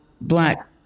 black